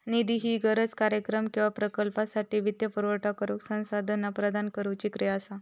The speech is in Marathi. निधी ही गरज, कार्यक्रम किंवा प्रकल्पासाठी वित्तपुरवठा करुक संसाधना प्रदान करुची क्रिया असा